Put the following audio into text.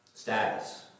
Status